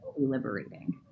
liberating